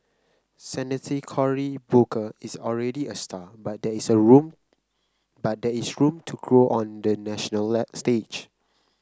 Senator Cory Booker is already a star but there is a room but there is a room to grow on the national stage